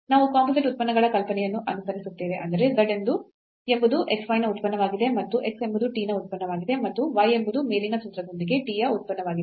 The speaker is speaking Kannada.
ನಾವು ಕಂಪೋಸಿಟ್ ಉತ್ಪನ್ನಗಳ ಕಲ್ಪನೆಯನ್ನು ಅನುಸರಿಸುತ್ತೇವೆ ಅಂದರೆ z ಎಂಬುದು x y ನ ಉತ್ಪನ್ನವಾಗಿದೆ ಮತ್ತು x ಎಂಬುದು t ನ ಉತ್ಪನ್ನವಾಗಿದೆ ಮತ್ತು y ಎಂಬುದು ಮೇಲಿನ ಸೂತ್ರದೊಂದಿಗೆ t ಯ ಉತ್ಪನ್ನವಾಗಿದೆ